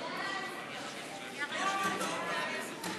נתקבלו.